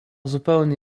zupełnie